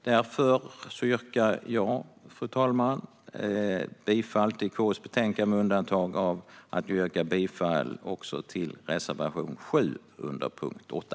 Därför yrkar jag, fru talman, bifall till förslaget i KU:s betänkande, med undantag för att vi yrkar bifall till reservation 7 under punkt 8.